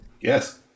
Yes